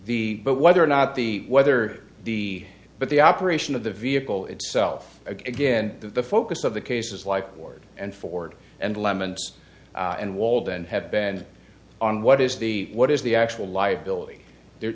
the but whether or not the whether the but the operation of the vehicle itself again the focus of the cases like ford and ford and lemons and wald and have been on what is the what is the actual liability